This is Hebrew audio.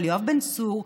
על יואב בן צור,